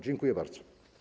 Dziękuję bardzo.